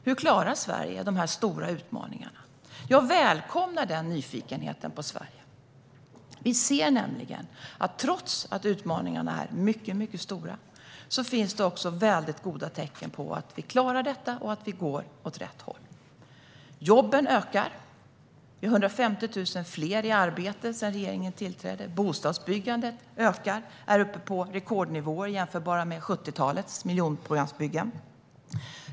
Hur klarar Sverige de stora utmaningarna? Jag välkomnar den nyfikenheten på Sverige. Vi ser nämligen att trots att utmaningarna är mycket stora finns det goda tecken på att vi klarar detta och går åt rätt håll. Jobben ökar. Det är 150 000 fler i arbete sedan regeringen tillträdde. Bostadsbyggandet ökar och är uppe på rekordnivåer jämförbara med 70talets miljonprogramsbyggen.